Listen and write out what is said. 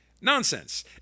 Nonsense